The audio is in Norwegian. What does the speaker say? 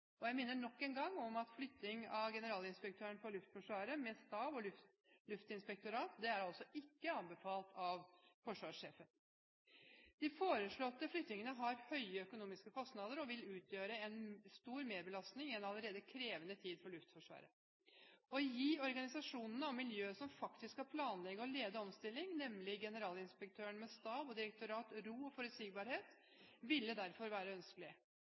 ikke. Jeg minner nok en gang om at flytting av Generalinspektøren for Luftforsvaret med stab og luftinspektorat ikke er anbefalt av forsvarssjefen. Den foreslåtte flyttingen har høye økonomiske kostnader og vil utgjøre en stor merbelastning i en allerede krevende tid for Luftforsvaret. Å gi organisasjonene og miljøet som faktisk skal planlegge og lede omstillingen, nemlig Generalinspektøren med stab og direktorat, ro og forutsigbarhet, ville derfor være ønskelig.